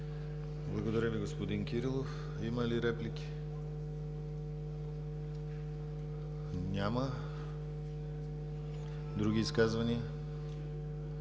Благодаря Ви, господин Кирилов. Има ли реплики? Няма. Други изказвания?